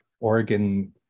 Oregon